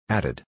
Added